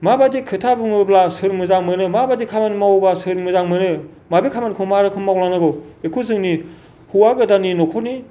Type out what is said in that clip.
माबायदि खोथा बुङोब्ला सोर मोजां मोनो माबायदि खामानि मावोबा सोर मोजां मोनो माबे खामानिखौ मा रोखोम मावलांनांगौ बेखौ जोंनि हौआ गोदाननि न'खरनि